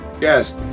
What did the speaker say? Yes